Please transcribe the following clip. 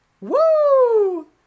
Woo